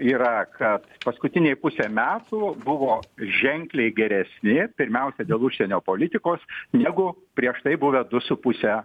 yra kad paskutiniai pusė metų buvo ženkliai geresni pirmiausia dėl užsienio politikos negu prieš tai buvę du su puse